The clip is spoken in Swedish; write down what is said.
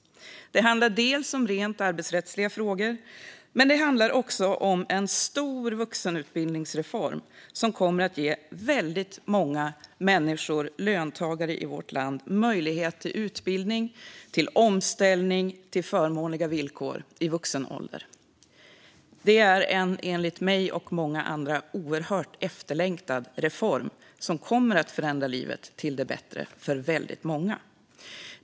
Det handlar om rent arbetsrättsliga frågor, men det handlar också om en stor vuxenutbildningsreform som kommer att ge väldigt många människor, löntagare, i vårt land möjlighet till utbildning och omställning till förmånliga villkor i vuxen ålder. Det är en enligt mig och många andra oerhört efterlängtad reform som kommer att förändra livet till det bättre för väldigt många.